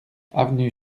avenue